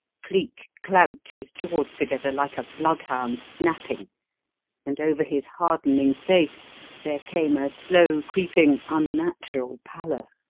cleek clamped his jaws together like a bloodhound snapping and over his hardening face there came a slow-creeping, unnatural pallor.